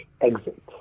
Exit